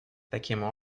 таким